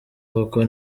koko